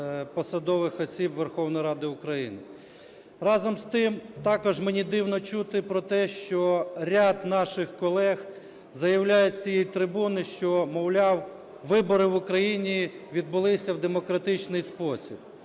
посадових осіб Верховної Ради України. Разом з тим, також мені дивно чути про те, що ряд наших колег заявляють з цієї трибуни, що, мовляв, вибори в Україні відбулися в демократичний спосіб.